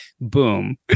boom